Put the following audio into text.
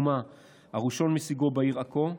הראשון מסוגו בעיר עכו.